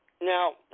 Now